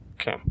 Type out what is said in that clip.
Okay